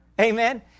Amen